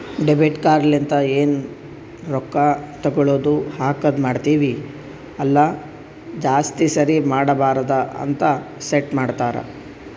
debit card ಲಿಂತ ಎನ್ ರೊಕ್ಕಾ ತಗೊಳದು ಹಾಕದ್ ಮಾಡ್ತಿವಿ ಅಲ್ಲ ಜಾಸ್ತಿ ಸರಿ ಮಾಡಬಾರದ ಅಂತ್ ಸೆಟ್ ಮಾಡ್ತಾರಾ